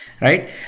right